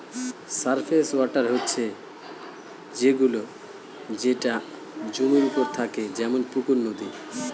surface water হচ্ছে সে গুলো যেটা জমির ওপরে থাকে যেমন পুকুর, নদী